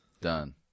done